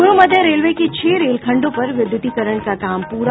पूर्व मध्य रेलवे के छह रेलखंडों पर विद्युतीकरण का काम पूरा